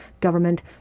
government